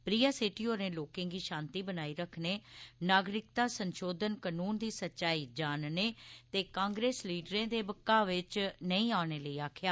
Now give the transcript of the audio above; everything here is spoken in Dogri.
प्रिया सेठी होरें लोकें गी शांति बनाई रखने नागरिकता संशोधन कनून दी सच्चाई जानने ते कांग्रेस लीडरें दे मड़काने च नेई औने लेई आक्खेआ